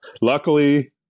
luckily